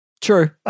true